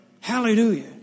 Hallelujah